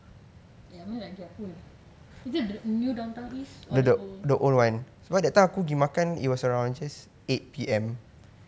ya I mean like their cool is it the new down town east or the old